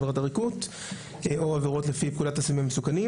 עבירת עריקות או עבירות לפי פקודת הסמים המסוכנים.